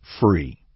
free